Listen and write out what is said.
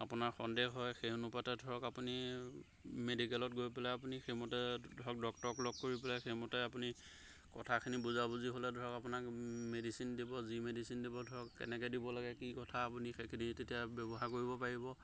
আপোনাৰ সন্দেহ হয় সেই অনুপাতে ধৰক আপুনি মেডিকেলত গৈ পেলাই আপুনি সেইমতে ধৰক ডক্টৰক লগ কৰি পেলাই সেইমতে আপুনি কথাখিনি বুজাবুজি হ'লে ধৰক আপোনাক মেডিচিন দিব যি মেডিচিন দিব ধৰক কেনেকৈ দিব লাগে কি কথা আপুনি সেইখিনি তেতিয়া ব্যৱহাৰ কৰিব পাৰিব